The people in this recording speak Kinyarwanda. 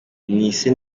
isi